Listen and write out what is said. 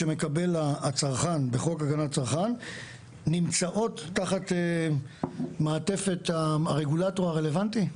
שמקבל הצרכן בחוק הגנת הצרכן נמצאות תחת מעטפת הרגולטור הרלוונטי?